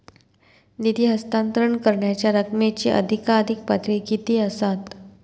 निधी हस्तांतरण करण्यांच्या रकमेची अधिकाधिक पातळी किती असात?